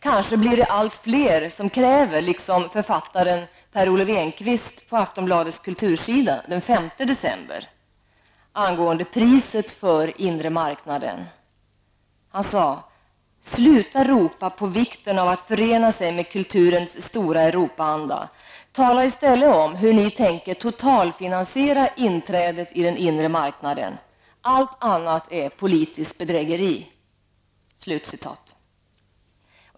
Kanske blir det allt fler som, liksom författaren Per Olof Enquist på Aftonbladets kultursida den 5 december angående priset för den inre marknaden, kräver: ''Sluta ropa på vikten av att förena sig med kulturens stora Europaanda. Tala i stället om hur ni tänker totalfinansiera inträdet i inre marknaden. Allt annat är politiskt bedrägeri.''